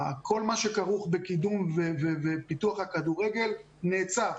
כל מה שכרוך בקידום ופיתוח הכדורגל נעצר.